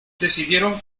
decidieron